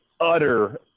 utter